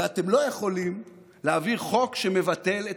ואתם לא יכולים להעביר חוק שמבטל את